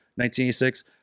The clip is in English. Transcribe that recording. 1986